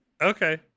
Okay